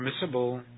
permissible